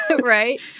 Right